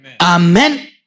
Amen